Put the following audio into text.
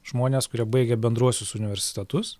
žmonės kurie baigę bendruosius universitetus